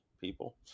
people